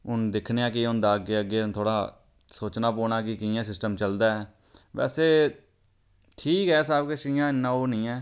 हून दिक्खने आं केह् होंदा अग्गें अग्गें हून थोह्ड़ा सोचना पौना कि कियां सिस्टम चलदा ऐ वैसे ठीक ऐ सब किश इ'यां इन्ना ओह् नी ऐ